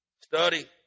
Study